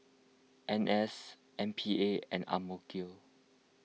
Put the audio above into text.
N S M P A and Amk